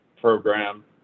program